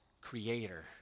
creator